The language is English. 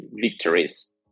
victories